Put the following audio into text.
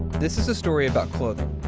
this is a story about clothing.